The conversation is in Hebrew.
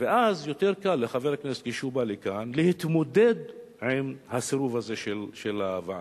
ואז יותר קל לחבר הכנסת כשהוא בא לכאן להתמודד עם הסירוב הזה של הוועדה.